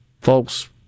folks